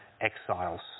exiles